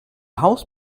haus